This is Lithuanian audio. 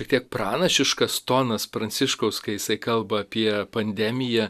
tiek pranašiškas tonas pranciškaus kai jisai kalba apie pandemiją